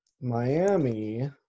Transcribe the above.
Miami